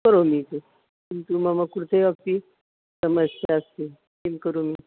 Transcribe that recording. करोमि तु किन्तु मम कृते अस्ति समस्या अस्ति किं करोमि